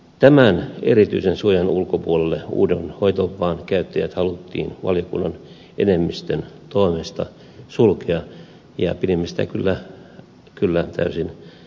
tämän erityisen suojan ulkopuolelle uuden hoitovapaan käyttäjät haluttiin valiokunnan enemmistön toimesta sulkea ja pidimme sitä kyllä täysin perusteettomana